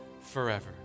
forever